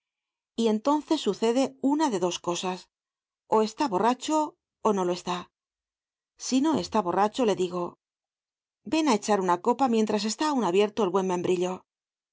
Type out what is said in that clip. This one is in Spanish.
y entonces sucede una de dos cosas ó está borracho ó no lo está si no está borracho le digo ven á echar una copa mientras está aun abierto el buen membrillo